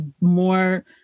more